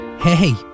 Hey